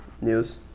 news